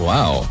Wow